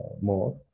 more